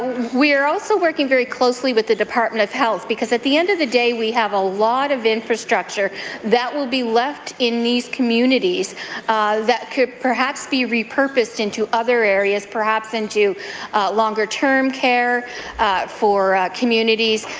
we are also working very closely with the department of health because at the end of the day we have a lot of infrastructure that will be left in these communities that could perhaps be repurposed into other areas, perhaps into longer term care for communities.